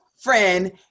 friend